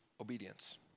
Obedience